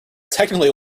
technically